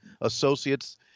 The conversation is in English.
associates